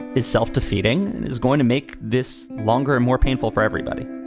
is self-defeating and is going to make this longer and more painful for everybody